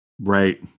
right